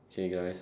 K guys